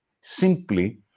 simply